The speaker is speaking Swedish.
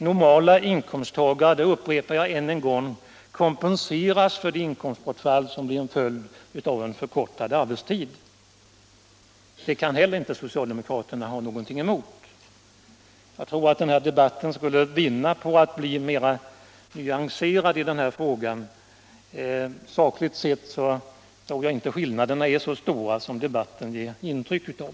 Normala inkomsttagare — jag upprepar det ännu en gång — kompenseras för det inkomstbortfall som blir en följd av en förkortad arbetstid. Det kan socialdemokraterna heller inte ha någonting emot. Jag tror att dagens debatt skulle vinna på att vi var litet mer nyanserade i de här frågorna. Sakligt sett är nog inte skillnaderna i uppfattning så stora som debatten ger intryck av.